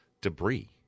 debris